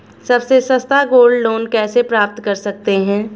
सबसे सस्ता gold loan कैसे प्राप्त कर सकते हैं?